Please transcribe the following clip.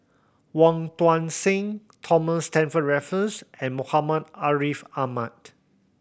Wong Tuang Seng Thomas Stamford Raffles and Muhammad Ariff Ahmad